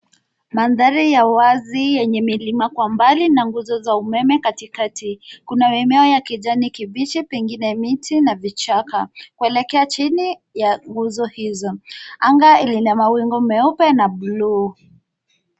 Mandhari ya wazi yenye milima kwa mbali na nguzo za umeme katikati. Kuna mimea ya kijani kibichi pengine miti na vichaka kuelekea chini ya nguzo hizo. Anga lina mawingu meupe na bluu.